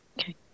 Okay